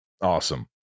awesome